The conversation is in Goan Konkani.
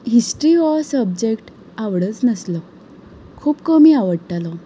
हिस्ट्री हो सबजेक्ट आवडच नासलो खूब कमी आवडटालो